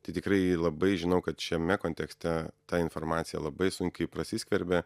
tai tikrai labai žinau kad šiame kontekste ta informacija labai sunkiai prasiskverbia